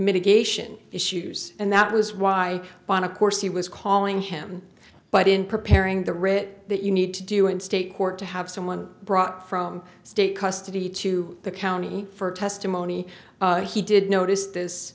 mitigation issues and that was why bond of course he was calling him but in preparing the writ that you need to do in state court to have someone brought from state custody to the county for testimony he did notice this